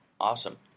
Awesome